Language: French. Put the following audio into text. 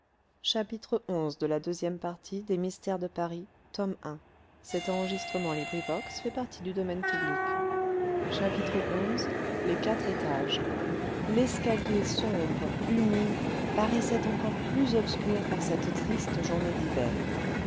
xi les quatre étages l'escalier sombre humide paraissait encore plus obscur par cette triste journée d'hiver